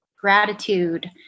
gratitude